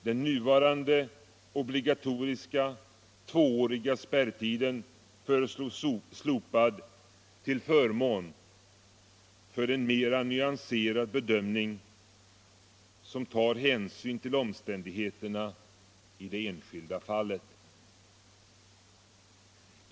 Den nuvarande obligatoriska tvååriga spärrtiden föreslås slopad till förmån för en mera nyanserad bedömning som tar hänsyn till omständigheterna i det enskilda fallet.